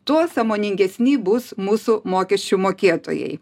tuo sąmoningesni bus mūsų mokesčių mokėtojai